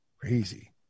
Crazy